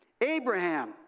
Abraham